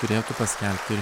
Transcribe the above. turėtų paskelbti